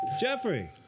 Jeffrey